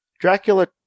Dracula